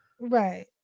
Right